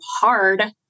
hard